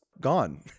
gone